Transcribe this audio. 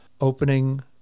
opening